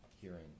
hearing